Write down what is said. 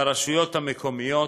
ברשויות המקומיות,